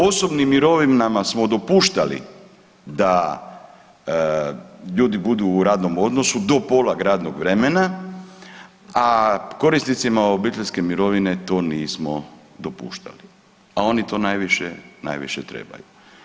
Osobnim mirovinama smo dopuštali da ljudi budu u radnom odnosu do pola radnog vremena, a korisnicima obiteljske mirovine to nismo dopuštali, a oni to najviše, najviše trebaju.